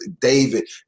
David